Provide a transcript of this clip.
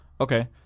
okay